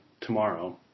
tomorrow